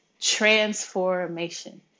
transformation